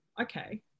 okay